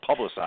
publicize